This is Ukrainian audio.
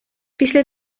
після